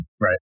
Right